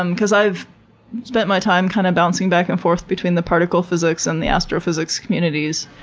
and because i've spent my time kind of bouncing back and forth between the particle physics and the astrophysics communities.